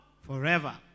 forever